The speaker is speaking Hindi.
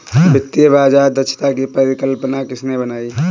वित्तीय बाजार दक्षता की परिकल्पना किसने बनाई?